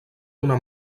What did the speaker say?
una